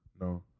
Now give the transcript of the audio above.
No